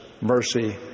mercy